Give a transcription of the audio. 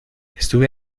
estuve